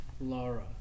Laura